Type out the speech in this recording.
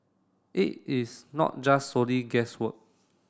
it is not just solely guesswork